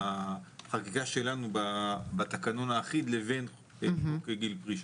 החקיקה שלנו בתקנון האחיד לבין חוק גיל פרישה.